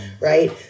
right